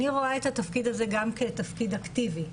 אני רואה את התפקיד הזה גם כתפקיד אקטיבי.